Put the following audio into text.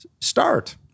start